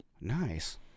Nice